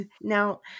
Now